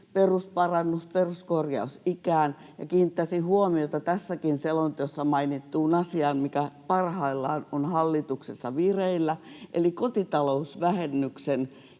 perusparannus-, peruskorjausikään. Ja kiinnittäisin huomiota tässäkin selonteossa mainittuun asiaan, mikä parhaillaan on hallituksessa vireillä, eli kotitalousvähennyksen